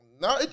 No